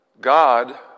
God